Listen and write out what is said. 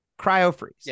cryo-freeze